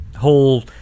Whole